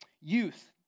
youth